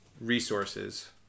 resources